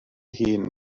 hun